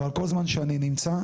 אבל כל זמן שאני נמצא,